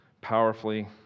powerfully